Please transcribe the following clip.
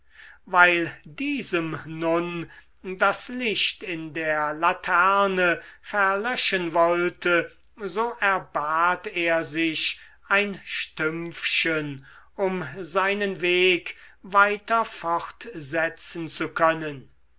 weil diesem nun das licht in der laterne verlöschen wollte so erbat er sich ein stümpfchen um seinen weg weiter fortsetzen zu können